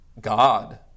God